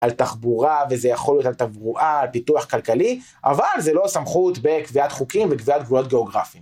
על תחבורה, וזה יכול להיות על תברואה, על פיתוח כלכלי, אבל זה לא סמכות בקביעת חוקים וקביעת גבולות גאוגרפיים.